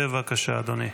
בבקשה, אדוני.